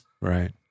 right